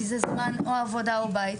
זה הזמן שלי לתת שם או עבודה או בית.